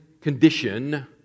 condition